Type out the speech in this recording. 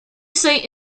site